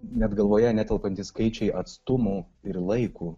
net galvoje netelpantys skaičiai atstumų ir laiku